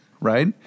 right